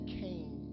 came